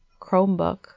Chromebook